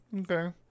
Okay